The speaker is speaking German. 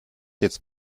jetzt